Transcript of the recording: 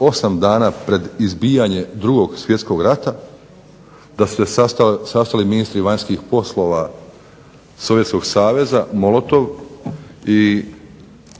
osam dana pred izbijanje Drugog svjetskog rata, da su se sastali ministri vanjskih poslova Sovjetskog saveza Molotov i